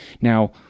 Now